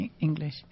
English